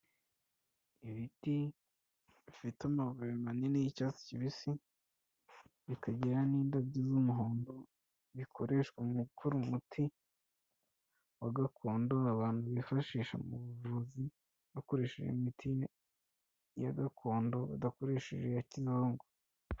Ibiti bifite amababi manini y'icyatsi kibisi, bikagira n'indabyo z'umuhondo, bikoreshwa mu gukora umuti wa gakondo abantu bifashisha mu buvuzi, bakoresheje imiti ya gakondo badakoresheje iya kizungu.